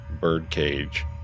birdcage